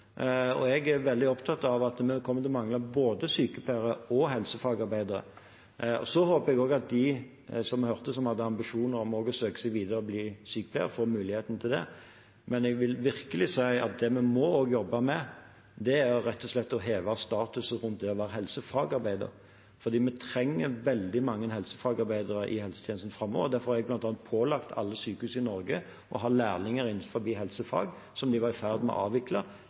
Jeg er veldig opptatt av at vi kommer til å mangle både sykepleiere og helsefagarbeidere. Jeg håper også at de vi hørte, som hadde ambisjoner om å søke seg videre og bli sykepleiere, får muligheten til det, men jeg vil virkelig si at det vi også må jobbe med, er rett og slett å heve statusen rundt det å være helsefagarbeider, for vi trenger veldig mange helsefagarbeidere i helsetjenesten framover. Derfor har jeg bl.a. pålagt alle sykehus i Norge å ha lærlinger innenfor helsefag – som de var i ferd med å avvikle